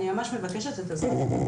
אני ממש מבקשת את עזרתכם".